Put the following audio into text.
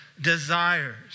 desires